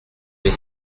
les